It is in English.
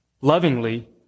Lovingly